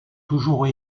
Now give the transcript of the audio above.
toujours